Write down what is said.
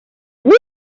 woot